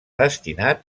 destinat